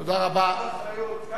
קח אחריות.